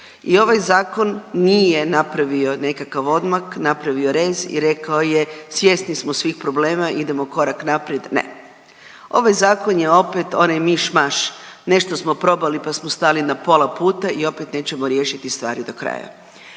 i ovaj zakon nije napravio nekakav odmak, napravio rez i rekao je svjesni smo svih problema idemo korak naprijed. Ne, ovaj zakon je opet onaj miš-maš nešto smo probali pa smo stali na pola puta i opet nećemo riješiti stvari do kraja.